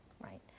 right